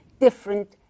different